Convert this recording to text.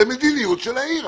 זאת מדיניות של העיר.